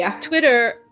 Twitter